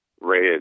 red